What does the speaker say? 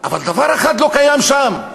אבל דבר אחד לא קיים שם.